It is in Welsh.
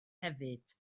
hefyd